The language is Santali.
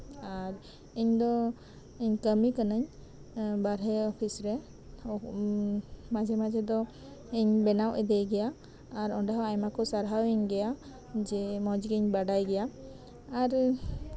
ᱟᱨ ᱤᱧ ᱫᱚ ᱠᱟᱹᱢᱤ ᱠᱟᱹᱱᱟᱹᱧ ᱵᱟᱦᱨᱮ ᱚᱯᱷᱤᱥᱨᱮ ᱢ ᱟᱡᱷᱮ ᱢᱟᱡᱷᱮ ᱫᱚᱧ ᱵᱮᱱᱟᱣ ᱤᱫᱤ ᱜᱮᱭᱟ ᱚᱱᱰᱮ ᱫᱚ ᱟᱭᱢᱟ ᱠᱚ ᱥᱟᱨᱦᱟᱣ ᱤᱧ ᱜᱮᱭᱟ ᱢᱚᱸᱡ ᱜᱤᱧ ᱵᱟᱰᱟᱭ ᱜᱮᱭᱟ ᱟᱨ